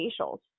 facials